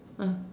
ah